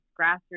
grassroots